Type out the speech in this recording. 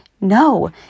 No